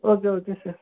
okay okay sir